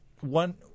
one